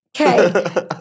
Okay